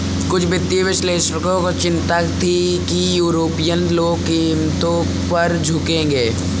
कुछ वित्तीय विश्लेषकों को चिंता थी कि यूरोपीय लोग कीमतों पर झुकेंगे